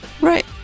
Right